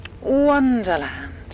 wonderland